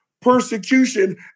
persecution